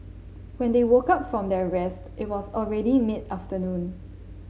when they woke up from their rest it was already mid afternoon